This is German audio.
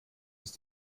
ist